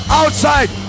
outside